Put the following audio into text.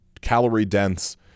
calorie-dense